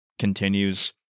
continues